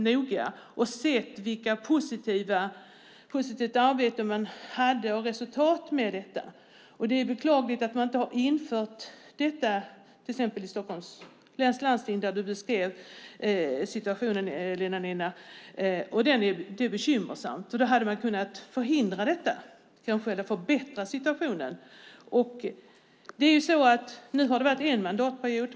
Jag har följt detta positiva arbete noga och sett resultatet av detta. Det är beklagligt att man inte har infört detta i till exempel Stockholms läns landsting. Det är bekymmersamt. Elina Linna beskrev situationen där. Man hade kanske kunnat förbättra situationen. Nu har det varit en mandatperiod.